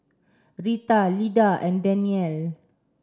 Rita Lida and Danyel